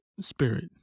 Spirit